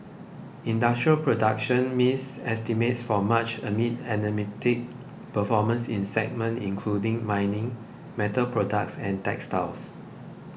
industrial production missed estimates for March amid anaemic performance in segments including mining metal products and textiles